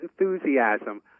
enthusiasm